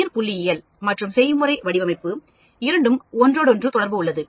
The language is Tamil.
உயிர் புள்ளியியல் மற்றும் செய்முறை வடிவமைப்பு இரண்டும் ஒன்றோடு ஒன்று தொடர்பு உள்ளது